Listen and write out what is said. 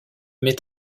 met